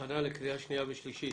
הכנה לקריאה שנייה ושלישית.